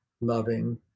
loving